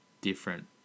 different